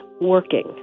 working